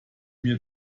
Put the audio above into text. mir